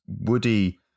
Woody